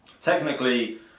technically